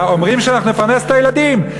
אומרים שאנחנו נפרנס את הילדים.